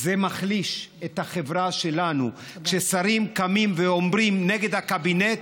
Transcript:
זה מחליש את החברה שלנו כששרים קמים ואומרים נגד הקבינט.